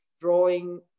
drawing